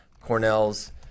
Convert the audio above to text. Cornell's